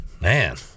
Man